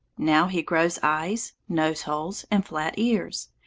now he grows eyes, nose-holes and flat ears.